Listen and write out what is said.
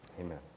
Amen